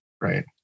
right